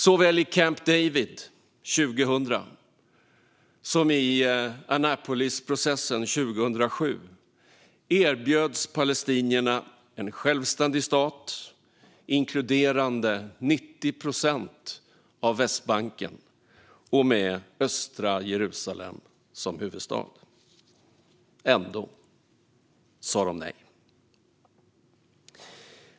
Såväl i Camp David 2000 som i Annapolisprocessen 2007 erbjöds palestinierna en självständig stat, inkluderande 90 procent av Västbanken och med östra Jerusalem som huvudstad. Ändå sa de nej.